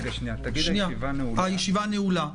הישיבה נעולה.